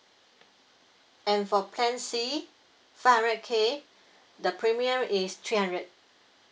and for plan C five hundred K the premium is three hundred